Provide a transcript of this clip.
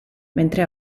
mentre